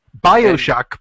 Bioshock